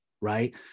right